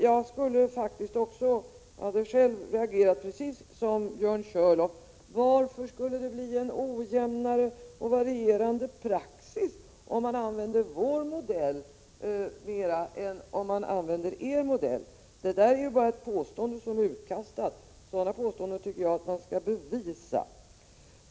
Jag reagerade precis som Björn Körlof: Varför skulle det bli en ojämnare och mer varierande praxis om man använde vår modell än om man använde er modell? Det där är bara ett påstående som är utkastat. Sådana påståenden tycker jag man skall bevisa.